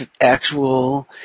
actual